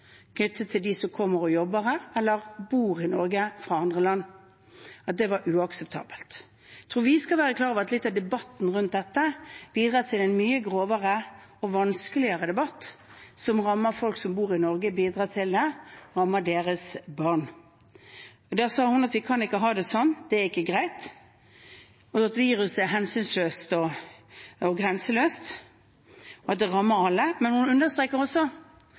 som kommer og jobber her, eller dem som bor i Norge, men kommer fra andre land, og at det var uakseptabelt. Jeg tror at vi skal være klar over at litt av debatten rundt dette bidrar til en mye grovere og vanskeligere debatt som rammer folk som bor i Norge og deres barn. Hun sa: Vi kan ikke ha det slik, det er ikke greit. Viruset er hensynsløst og grenseløst og rammer alle. Hun understreket også at smitten blant arbeidsinnvandrere har vært oversiktlig, og at det